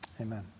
Amen